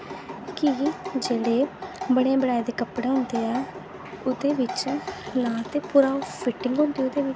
कि केह् जेह्ड़े बने बनाए दे कपड़े होंदे ऐ ओह्दे बिच्च नां ते पूरी फिटिंग होंदी ओह्दे बिच्च